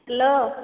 hello